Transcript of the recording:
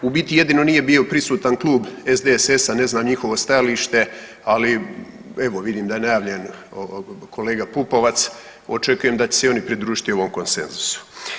U biti jedino nije bio prisutan klub SDSS-a, ne znam njihovo stajalište, ali evo vidim da je najavljen kolega Pupovac, očekujem da će se i oni pridružiti ovom konsenzusu.